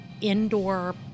indoor